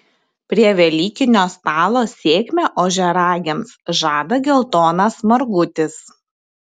prie velykinio stalo sėkmę ožiaragiams žada geltonas margutis